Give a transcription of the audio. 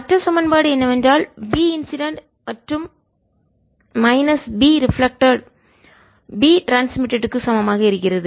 மற்ற சமன்பாடு என்னவென்றால் B இன்சிடென்ட் மற்றும் மைனஸ் B ரிஃப்ளெக்ட்டட் பிரதிபலித்தல் B ட்ரான்ஸ்மிட்டட் சமமாக இருக்கிறது